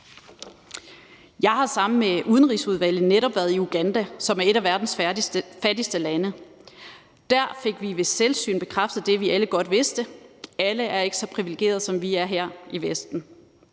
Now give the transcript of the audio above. Jeg har sammen med Udenrigsudvalget netop været i Uganda, som er et af verdens fattigste lande. Der fik vi ved selvsyn bekræftet det, vi alle godt vidste: Alle er ikke så privilegerede, som vi er her i Vesten.